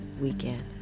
weekend